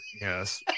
Yes